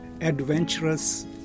adventurous